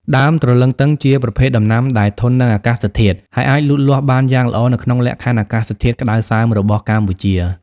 ដើមទ្រលឹងទឹងជាប្រភេទដំណាំដែល ធន់នឹងអាកាសធាតុ ហើយអាចលូតលាស់បានយ៉ាងល្អនៅក្នុងលក្ខខណ្ឌអាកាសធាតុក្តៅសើមរបស់កម្ពុជា។